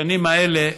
בשנים האלה,